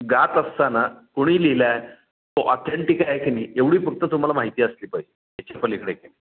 गात असताना कोणी लिहिला आहे तो ऑथेंटिक आहे की नाही एवढी फक्त तुम्हाला माहिती असली पाहिजे याच्या पलीकडे काय